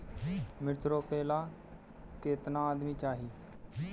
मिर्च रोपेला केतना आदमी चाही?